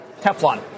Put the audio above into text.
Teflon